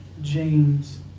James